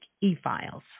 e-files